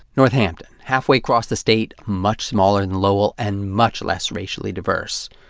northampton. halfway across the state, much smaller than lowell, and much less racially diverse.